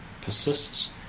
persists